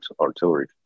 artillery